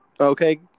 Okay